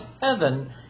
heaven